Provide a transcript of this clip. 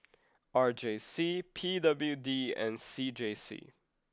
R J C P W D and C J C